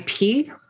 ip